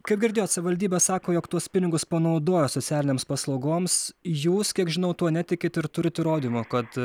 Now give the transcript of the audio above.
kaip girdėjot savivaldybė sako jog tuos pinigus panaudojo socialinėms paslaugoms jūs kiek žinau tuo netikit ir turit įrodymų kad